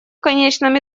конечном